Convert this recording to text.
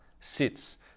sits